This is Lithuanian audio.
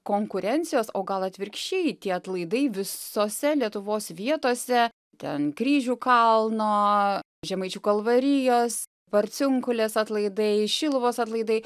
konkurencijos o gal atvirkščiai tie atlaidai visose lietuvos vietose ten kryžių kalno žemaičių kalvarijos varciunkulės atlaidai šiluvos atlaidai